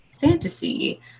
fantasy